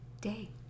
day